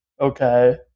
okay